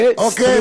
אוקיי,